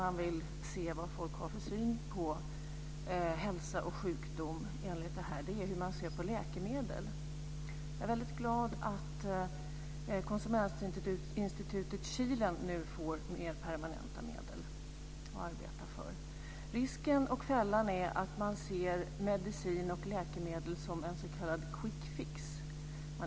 Jag vill yrka bifall till vår reservation som tar upp just det här, och det gäller reservation nr 49. Fru talman! Riksdagen antog 1998 en ny lag om hälsodataregister.